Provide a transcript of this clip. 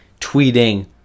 tweeting